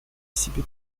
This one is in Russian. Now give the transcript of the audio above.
себе